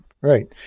right